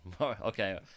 Okay